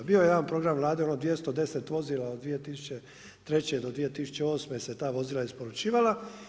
Bio je jedan program Vlade ono 210 vozila od 2003. do 2008. se ta vozila isporučivala.